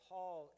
Paul